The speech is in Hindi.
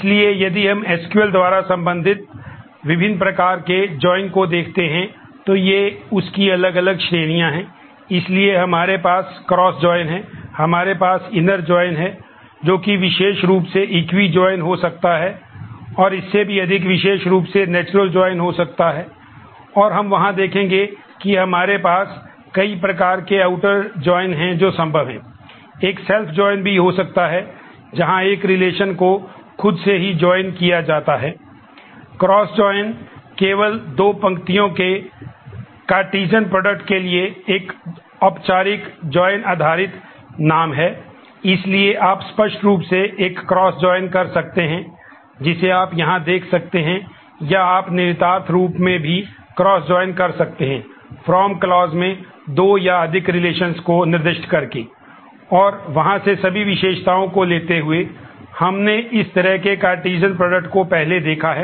इसलिए यदि हम एसक्यूएल किया जाता है